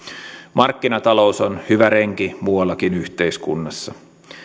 markkinatalous on hyvä renki muuallakin yhteiskunnassa